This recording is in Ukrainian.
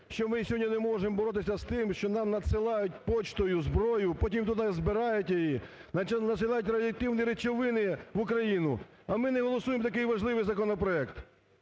що ми сьогодні не можемо боротися з тим, що нам надсилають поштою зброю, потім тут збирають її, надсилають реактивні речовини в Україну, а ми не голосуємо такий важливий законопроект.